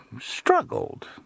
struggled